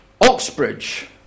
Oxbridge